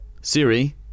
Siri